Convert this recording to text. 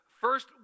first